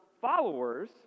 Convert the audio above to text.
followers